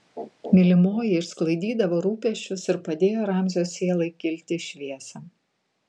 mylimoji išsklaidydavo rūpesčius ir padėjo ramzio sielai kilti į šviesą